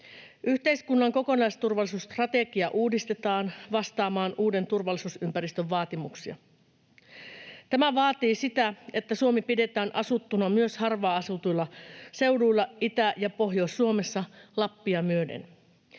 Yhteiskunnan kokonaisturvallisuusstrategia uudistetaan vastaamaan uuden turvallisuusympäristön vaatimuksia. Tämä vaatii sitä, että Suomi pidetään asuttuna myös harvaan asutuilla seuduilla Itä- ja Pohjois-Suomessa Lappia myöden.